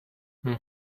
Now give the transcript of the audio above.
mon